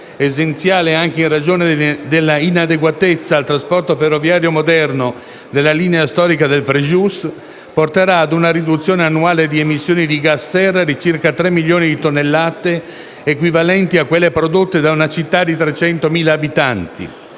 essenziale anche in ragione dell'inadeguatezza al trasporto ferroviario moderno della linea storica del Frejus - porterà ad una riduzione annuale di emissioni di gas serra di circa 3 milioni di tonnellate, equivalenti a quelle prodotte da una città di 300.000 abitanti.